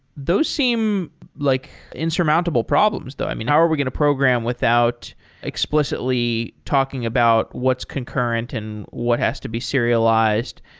those seem like insurmountable problems though. i mean, how are we going to program without explicitly talking about what's concurrent and what has to be serialized?